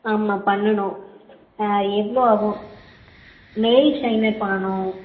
ஆமாம் பண்ணனும் எவ்வளோ ஆகும் நெய்ல் ஷைன்னர் பண்ணனும்